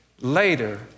later